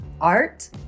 art